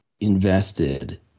Invested